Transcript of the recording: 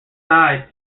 sides